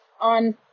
on